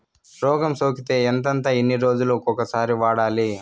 రోగం సోకితే ఎంతెంత ఎన్ని రోజులు కొక సారి వాడాలి?